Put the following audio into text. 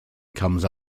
comes